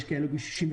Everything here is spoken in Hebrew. יש כאלה ב-65,